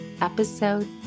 Episode